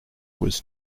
was